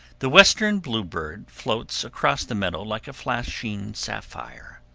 the western bluebird floats across the meadow like a flashing sapphire,